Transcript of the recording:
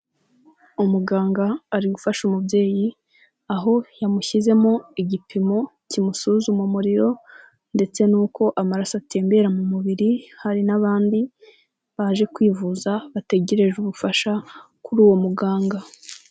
Umuganga ari gufasha umubyeyi aho yamushyizemo igipimo kimusuzuma umuriro ndetse n'uko amaraso atembera mu mubiri, hari n'abandi baje kwivuza bategereje ubufasha kuri uwo muganga.